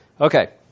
Okay